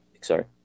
sorry